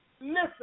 Listen